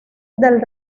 del